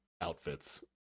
outfits